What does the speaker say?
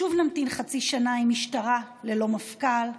שוב נמתין חצי שנה עם משטרה ללא מפכ"ל,